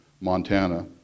Montana